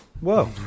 whoa